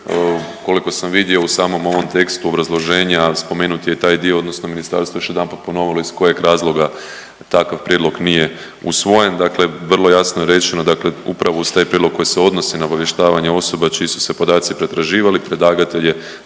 Koliko sam vidio u samom ovom tekstu obrazloženja spomenut je i taj dio odnosno ministarstvo je još jedanput ponovilo iz kojeg razloga takav prijedlog nije usvojen. Dakle, vrlo jasno je rečeno dakle upravo uz taj prijedlog koji se odnosi na obavještavanje osoba čiji su se podaci pretraživali, predlagatelj